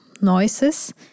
noises